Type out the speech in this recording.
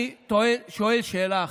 אני שואל שאלה אחת.